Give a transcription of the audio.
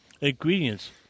Ingredients